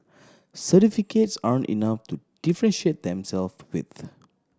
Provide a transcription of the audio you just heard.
certificates aren't enough to differentiate themself with